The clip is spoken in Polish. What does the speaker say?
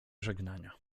żegnania